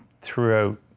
throughout